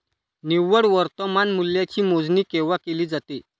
निव्वळ वर्तमान मूल्याची मोजणी केव्हा केली जाते?